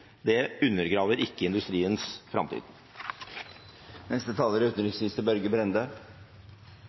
det undergraver ikke industriens framtid. Det er